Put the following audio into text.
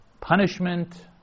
punishment